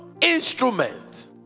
instrument